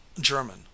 German